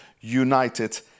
united